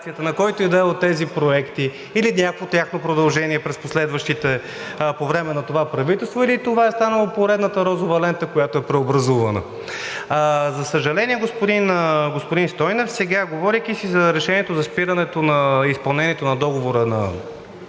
на който и да е от тези проекти или някакво тяхно продължение по време на това правителство, или това е станало поредната розова лента, която е преобразувана? За съжаление, господин Стойнев, сега, говорейки си за решението за спиране на изпълнението на договора с